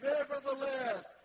Nevertheless